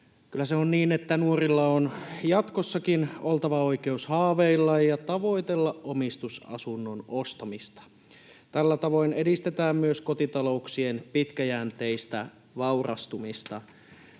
Kyllä se on niin, että nuorilla on jatkossakin oltava oikeus haaveilla ja tavoitella omistusasunnon ostamista. Tällä tavoin edistetään myös kotitalouksien pitkäjänteistä vaurastumista.